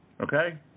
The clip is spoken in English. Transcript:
okay